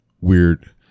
weird